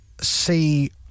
see